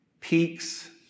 peaks